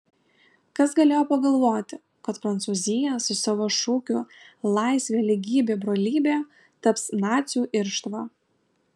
kas galėjo pagalvoti kad prancūzija su savo šūkiu laisvė lygybė brolybė taps nacių irštva